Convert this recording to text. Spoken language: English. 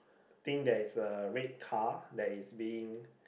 I think there's a red car that's being